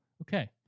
Okay